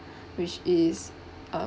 which is uh